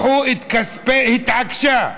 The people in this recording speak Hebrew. היא התעקשה,